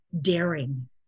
daring